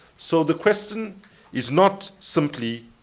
so the question is not simply,